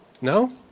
No